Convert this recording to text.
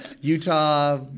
Utah